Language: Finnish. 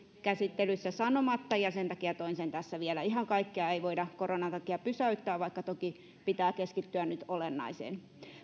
käsittelyssä sanomatta ja sen takia toin sen tässä vielä ihan kaikkea ei voida koronan takia pysäyttää vaikka toki pitää keskittyä nyt olennaiseen